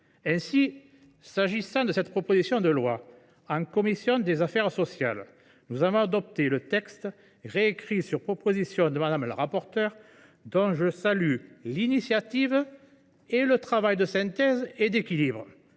Ainsi, s’agissant de cette proposition de loi, en commission des affaires sociales, nous avons adopté le texte réécrit sur l’initiative de Mme la rapporteure, dont je salue le travail de synthèse et d’équilibre.